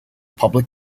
public